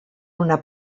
una